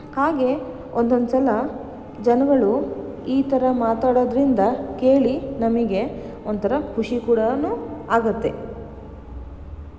ಹಾಗೇ ಒಂದೊಂದ್ಸಲ ಜನಗಳು ಈ ಥರ ಮಾತಾಡೋದ್ರಿಂದ ಕೇಳಿ ನಮಗೆ ಒಂಥರ ಖುಷಿ ಕೂಡ ಆಗುತ್ತೆ